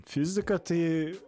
fizika tai